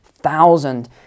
thousand